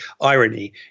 irony